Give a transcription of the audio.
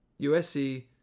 USC